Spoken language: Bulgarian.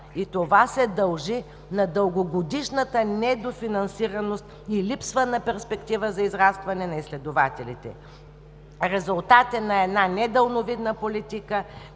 и това се дължи на дългогодишната недофинансираност и липса на перспектива за израстване на изследователите. Резултат е на една недалновидна политика,